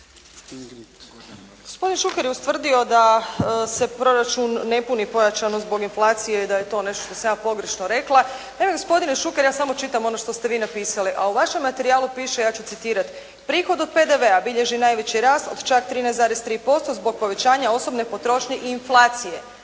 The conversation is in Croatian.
Gospodin Šuker je ustvrdio da se proračun ne puni pojačano zbog inflacije i da je to nešto što sam ja pogrešno rekla. Pa evo gospodine Šuker, ja samo čitam što ste vi napisali, a u vašem materijalu piše ja ću citirati: “Prihod od PDV-a bilježi najveći rast od čak 13,3% zbog povećanja osobne potrošnje i inflacije.“